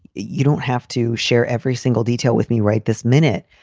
you don't have to share every single detail with me right this minute,